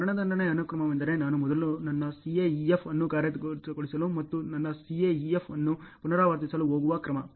ಮರಣದಂಡನೆ ಅನುಕ್ರಮವೆಂದರೆ ನಾನು ಮೊದಲು ನನ್ನ CAEF ಅನ್ನು ಕಾರ್ಯಗತಗೊಳಿಸಲು ಮತ್ತು ನನ್ನ CAEF ಅನ್ನು ಪುನರಾವರ್ತಿಸಲು ಹೋಗುವ ಕ್ರಮ